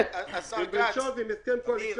"ב.בפסקה (3), במקום "40%